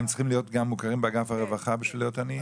הם צריכים להיות גם מוכרים באגף הרווחה כדי להיות עניים?